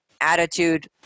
attitude